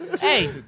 Hey